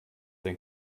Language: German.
den